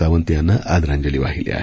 सावंत यांना आदरांजली वाहिली आहे